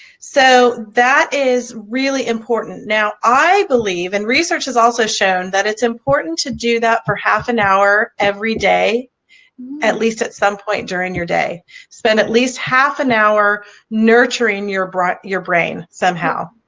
so that is really important now i believe and research has also shown that it's important to do that for half an hour every day at least at some point during your day spend at least half an hour nurturing your brought your brain somehow